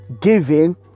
giving